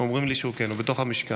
אומרים לי שכן, הוא בתוך המשכן.